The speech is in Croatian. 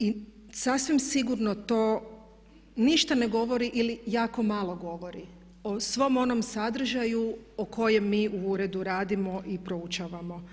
I sasvim sigurno to ništa ne govori ili jako malo govori o svom onom sadržaju o kojem mi u uredu radimo i proučavamo.